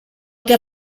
que